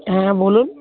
হ্যাঁ বলুন